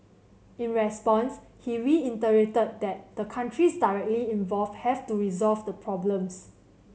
in response he reiterated that the countries directly involved have to resolve the problems